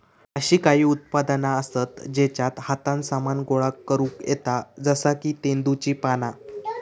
अशी काही उत्पादना आसत जेच्यात हातान सामान गोळा करुक येता जसा की तेंदुची पाना